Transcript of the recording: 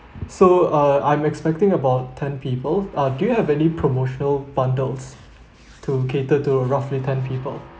so uh I'm expecting about ten people uh do you have any promotional bundles to cater to roughly ten people